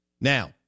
Now